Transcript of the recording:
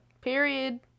Period